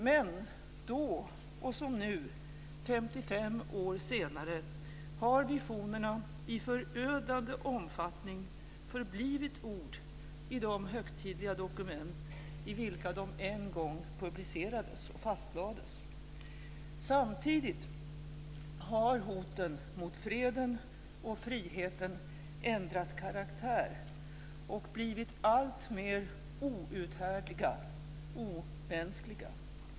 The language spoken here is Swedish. Men, då och som nu, 55 år senare, har visionerna i förödande omfattning förblivit ord i de högtidliga dokument i vilka de en gång publicerades och fastlades. Samtidigt har hoten mot freden och friheten ändrat karaktär och blivit alltmer outhärdliga, omänskliga.